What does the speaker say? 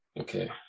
Okay